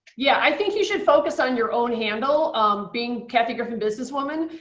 yeah i think you should focus on your own handle. being kathy griffin, businesswoman,